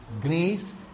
Grace